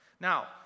Now